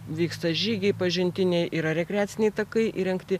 vyksta žygiai pažintiniai yra rekreaciniai takai įrengti